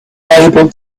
able